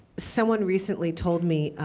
someone recently told me